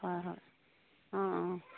হয় হয় অঁ অঁ